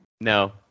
No